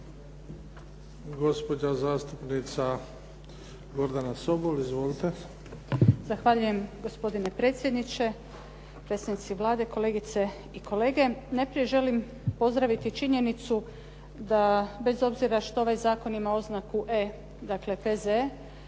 Gospođa zastupnica Gordana Sobol. Izvolite. **Sobol, Gordana (SDP)** Zahvaljujem. Gospodine predsjedniče, predstavnici Vlade, kolegice i kolege. Najprije želim pozdraviti činjenicu da bez obzira što ovaj zakon ima oznaku E, dakle P.Z.E.